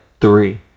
three